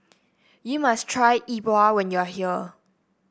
you must try Yi Bua when you are here